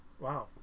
Wow